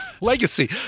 legacy